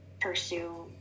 pursue